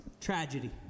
tragedy